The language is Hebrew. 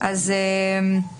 אם יש הצעות קונקרטיות,